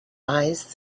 eyes